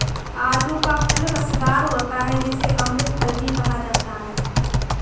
आलू का फल रसदार होता है जिसे अमृत फल भी कहा जाता है